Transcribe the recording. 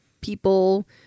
people